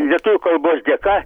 lietuvių kalbos dėka